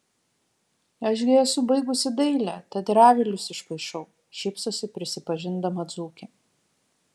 aš gi esu baigusi dailę tad ir avilius išpaišau šypsosi prisipažindama dzūkė